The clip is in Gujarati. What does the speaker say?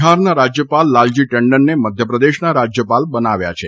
બિહારના રાજયપાલ લાલજી ટંડનને મધ્યપ્રદેશના રાજયપાલ બનાવ્યા છે